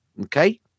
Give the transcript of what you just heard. Okay